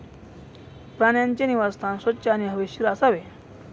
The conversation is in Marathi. प्राण्यांचे निवासस्थान स्वच्छ आणि हवेशीर असावे